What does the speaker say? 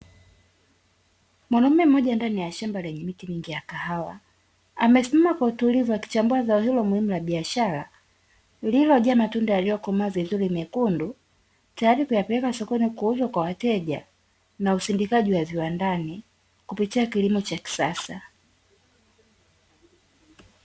Mwanaume mmoja ndani ya shamba lenye miti mingi ya kahawa, amesimama kwa utulivu akichambua zao hilo muhimu la biashara, lililojaa matunda yaliyokomaa vizuri mekundu tayari kuyapeleka sokoni kuuzwa kwa wateja na usindikaji wa viwandani kupitia kilimo cha kisasa.